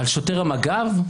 על שוטר מג"ב?